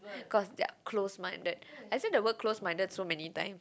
because they are close minded I say the word close minded so many time